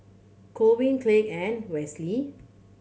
Colvin Kyleigh and Wesley